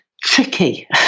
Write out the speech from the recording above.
tricky